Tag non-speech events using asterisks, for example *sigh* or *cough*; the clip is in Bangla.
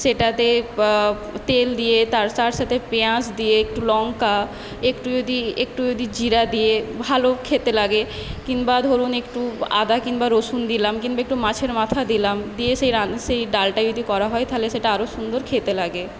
সেটাতে তেল দিয়ে তার সাথে পেঁয়াজ দিয়ে একটু লঙ্কা একটু যদি একটু যদি জিরা দিয়ে ভালো খেতে লাগে কিংবা ধরুন একটু আদা কিংবা রসুন দিলাম কিংবা একটু মাছের মাথা দিলাম দিয়ে সেই *unintelligible* সেই ডালটা যদি করা হয় তাহলে সেটা খেতে আরো সুন্দর খেতে লাগে